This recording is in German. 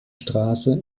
straße